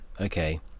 Okay